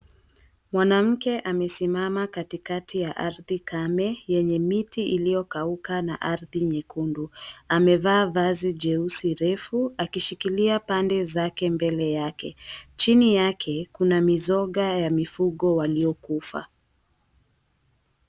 Mwanamke amesimama katikati ya arthi kame, yenye miti iliyokauka na arthi nyekundu. Amevaa viazi jeusi refu akishikilia pande zake mbele yake. Chini yake kuna mizoga ya mifugo waliokufa.